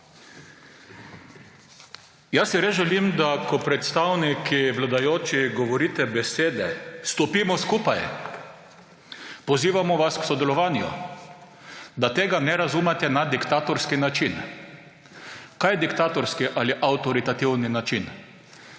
Jaz si res želim, da ko predstavniki vladajočih govorite besede »stopimo skupaj, pozivamo vas k sodelovanju«, tega ne razumete na diktatorski način. Kaj je diktatorski ali avtoritativni način?